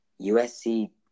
USC